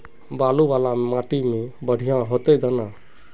बालू वाला माटी में बढ़िया होते दाना?